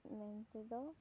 ᱢᱮᱱ ᱛᱮᱫᱚ